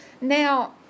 Now